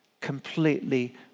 completely